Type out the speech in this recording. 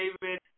David